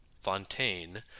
Fontaine